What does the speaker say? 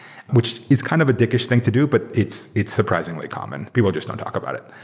which is kind of dickish thing to do, but it's it's surprisingly common. people just don't talk about it.